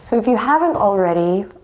so if you haven't already,